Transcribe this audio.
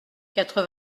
quatre